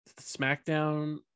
SmackDown